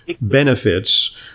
benefits